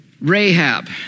Rahab